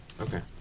Okay